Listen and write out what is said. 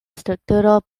strukturo